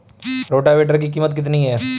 Rotavator की कीमत कितनी है?